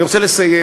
אני רוצה לסיים,